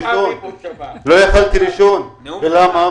לא יכולתי לישון, ולמה?